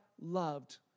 loved